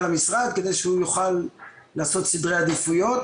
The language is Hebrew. המשרד כדי שהוא נוכל לעשות סדרי עדיפויות,